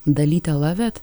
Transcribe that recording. dalyte lavet